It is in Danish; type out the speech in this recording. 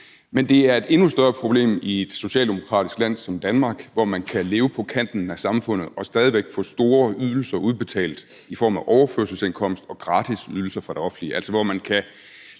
Men det er et endnu større problem i et socialdemokratisk land som Danmark, hvor man kan leve på kanten af samfundet og stadig væk få store ydelser udbetalt i form af overførselsindkomst og gratisydelser fra det offentlige,